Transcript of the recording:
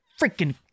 Freaking